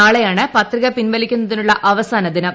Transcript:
നാളെയാണ് പത്രിക പിൻവലിക്കുന്നതിനുള്ള അവസാന ദിനം